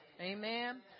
amen